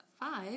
five